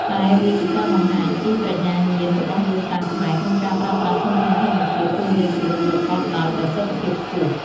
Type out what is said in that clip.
តែវាជាការបង្ហាញពីប្រាជ្ញាញាណរបស់ដូនតាខ្មែរក្នុងការប្រើប្រាស់ធនធានធម្មជាតិជុំវិញខ្លួនប្រកបដោយប្រសិទ្ធភាពខ្ពស់។